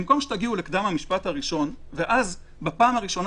במקום שתגיעו לקדם המשפט הראשון ואז בפעם הראשונה